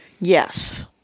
Yes